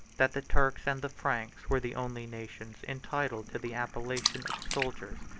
that the turks and the franks were the only nations entitled to the appellation of soldiers.